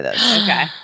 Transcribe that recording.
Okay